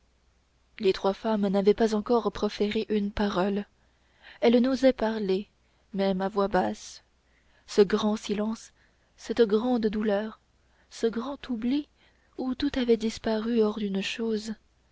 les trois femmes n'avaient pas encore proféré une parole elles n'osaient parler même à voix basse ce grand silence cette grande douleur ce grand oubli où tout avait disparu hors une chose